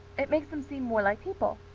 it makes them seem more like people.